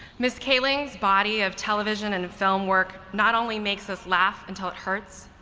ms. kaling's body of television and film work not only makes us laugh until it hurts,